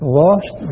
lost